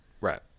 Right